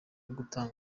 gutanga